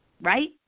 right